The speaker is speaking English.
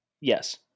Yes